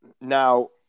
Now